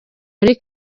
muri